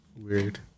Weird